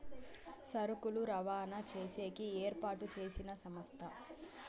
సరుకులు రవాణా చేసేకి ఏర్పాటు చేసిన సంస్థ